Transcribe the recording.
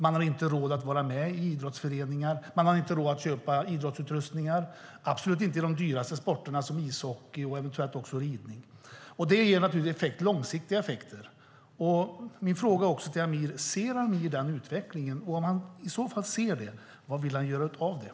Man har inte råd att vara med i idrottsföreningar, och man har inte råd att köpa idrottsutrustningar - absolut inte i de dyraste sporterna som ishockey och eventuellt också ridning. Det ger naturligtvis långsiktiga effekter. Min fråga till Amir är om han ser den utvecklingen. Om han ser den, vad vill han i så fall göra av den?